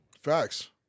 Facts